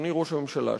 אדוני ראש הממשלה,